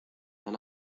han